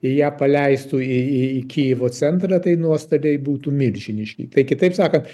i ją paleistų į į kyjivo centrą tai nuostoliai būtų milžiniški tai kitaip sakant